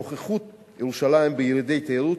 נוכחות ירושלים בירידי תיירות,